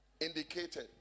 indicated